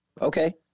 Okay